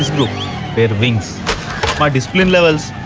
is but wings our discipline level is